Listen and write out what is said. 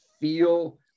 feel